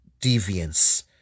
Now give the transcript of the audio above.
deviance